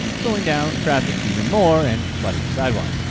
slowing down traffic even more and cluttering sidewalks.